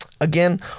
Again